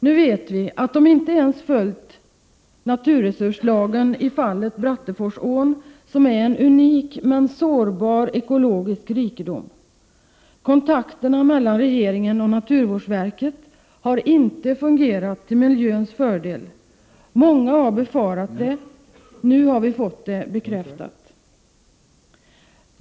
Nu vet vi att de inte ens följt naturresurslagen i fallet Bratteforsån, som är en unik men sårbar ekologisk rikedom. Kontakterna mellan regeringen och naturvårdsverket har inte fungerat till miljöns fördel. Många har befarat det — nu har vi fått det bekräftat.